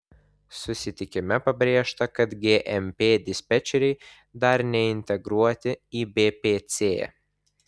susitikime pabrėžta kad gmp dispečeriai dar neintegruoti į bpc